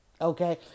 Okay